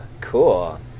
cool